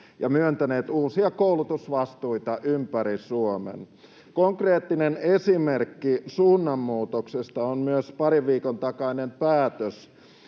ja myöntäneet uusia koulutusvastuita ympäri Suomen. Konkreettinen esimerkki suunnanmuutoksesta on myös parin viikon takainen päätös,